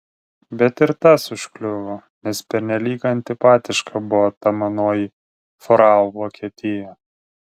bet ir tas užkliuvo nes pernelyg antipatiška buvo ta manoji frau vokietija